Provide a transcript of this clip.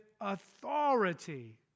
authority